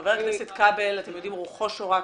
חבר הכנסת כבל, אתם יודעים, רוחו שורה כאן,